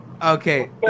Okay